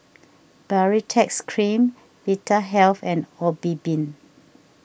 Baritex Cream Vitahealth and Obimin